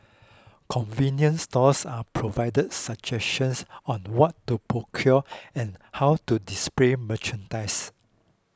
convenience stores are provided suggestions on what to procure and how to display merchandise